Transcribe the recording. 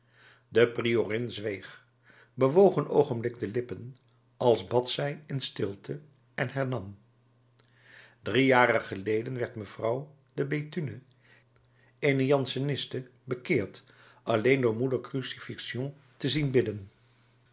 de priorin zweeg bewoog een oogenblik de lippen als bad zij in stilte en hernam drie jaren geleden werd mevrouw de bethune eene janseniste bekeerd alleen door moeder crucifixion te zien bidden